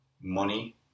money